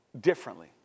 differently